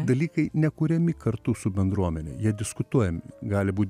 dalykai nekuriami kartu su bendruomene jie diskutuojami gali būt